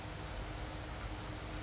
mm